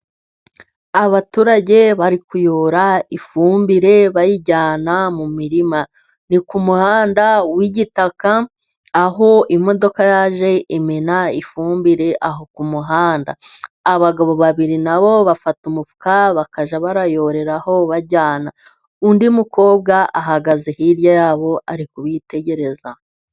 Abaturage bari kuyora ifumbire bayijyana mu mirima, ni ku muhanda w'igitaka, aho imodoka yaje imena ifumbire aho ku muhanda, abagabo babiri na bo bafata umufuka bakajya barayoreraho bajyana, undi mukobwa ahagaze hirya yabo ari kubitegereza.